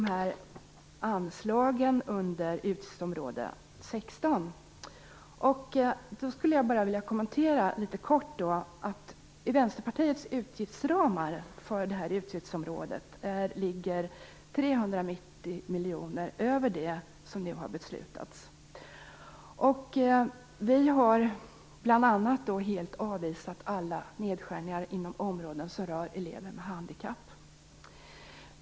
Så något om anslagen under utgiftsområde 16. Jag vill bara kommentera dem litet kort. Vänsterpartiets utgiftsramar för det här utgiftsområdet ligger 390 miljoner över det som nu har beslutats. Vi har bl.a. helt avvisat alla nedskärningar inom områden som rör elever med handikapp.